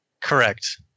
Correct